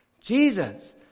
Jesus